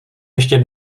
ještě